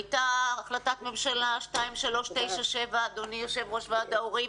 הייתה החלטת ממשלה 2397 אדוני יושב-ראש ועד ההורים,